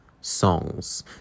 songs